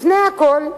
לפני הכול,